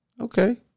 Okay